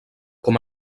com